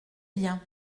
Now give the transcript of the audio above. bien